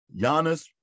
Giannis